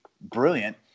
brilliant